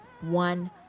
one